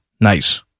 Nice